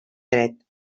dret